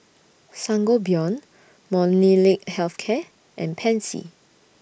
Sangobion Molnylcke Health Care and Pansy